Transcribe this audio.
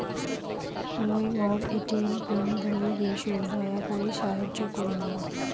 মুই মোর ATM pin ভুলে গেইসু, দয়া করি সাহাইয্য করুন